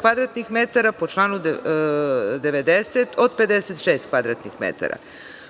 kvadratnih metara, po članu 90. od 56 kvadratnih metara.